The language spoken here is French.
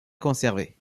conservés